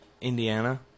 Indiana